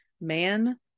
Man